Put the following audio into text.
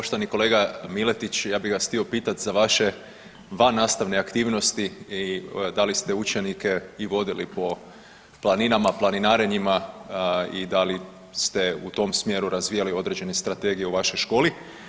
Poštovani kolega Miletić ja bih vas htio pitati za vaše vannastavne aktivnosti i da li ste učenike vodili i po planinama, planinarenjima i da li ste u tom smjeru razvijali određene strategije u vašoj školi?